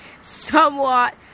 somewhat